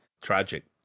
Tragic